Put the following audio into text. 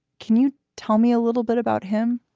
can you tell me a little bit about him?